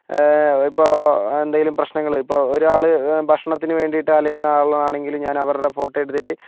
ഇപ്പോൾ എന്തേലും പ്രശ്നങ്ങൾ ഇപ്പോൾ ഒരാള് ഭക്ഷണത്തിനുവേണ്ടിയിട്ട് അലയുന്ന ആളാണെങ്കില് ഞാൻ അവരുടെ ഫോട്ടോയെടുത്തിട്ട്